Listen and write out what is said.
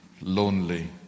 lonely